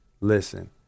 listen